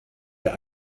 der